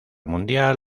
mundial